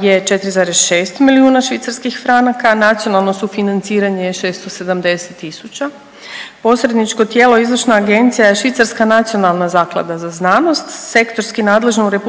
je 4,6 milijuna švicarskih franaka. Nacionalno sufinanciranje je 670 tisuća. Posredničko tijelo, izvršna agencija je Švicarska nacionalna zaklada za znanost, sektorski nadležna u RH